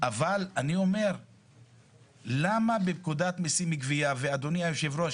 אבל אני שואל למה בפקודת מיסים (גבייה) ואדוני היושב-ראש,